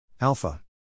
alpha